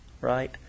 right